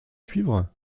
suivre